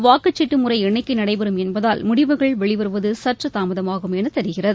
வாக்குச்சீட்டு முறை எண்ணிக்கை நடைபெறும் என்பதால் முடிவுகள் வெளிவருவது சற்று தாமதமாகும் என தெரிகிறது